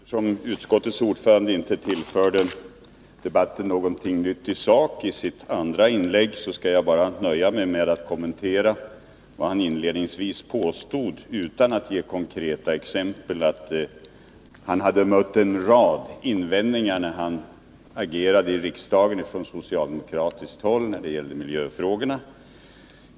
Herr talman! Eftersom utskottets ordförande inte tillförde debatten något nytt i sak i sitt andra inlägg skall jag nöja mig med att kommentera vad han inledningsvis påstod utan att ge konkreta exempel. Han sade att han från socialdemokratiskt håll hade mött en rad invändningar när han i riksdagen agerade i miljöfrågorna.